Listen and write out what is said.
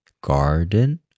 garden